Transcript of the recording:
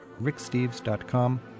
RickSteves.com